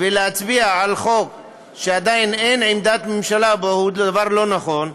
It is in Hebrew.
ולהצביע על הצעת חוק שעדיין אין עליה עמדת ממשלה זה דבר לא נכון.